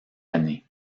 année